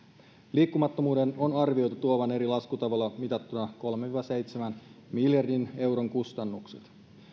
liikkumattomuuden on arvioitu tuovan eri laskutavoilla mitattuna kolmen viiva seitsemän miljardin euron kustannukset